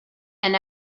and